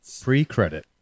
Pre-credit